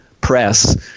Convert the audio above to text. press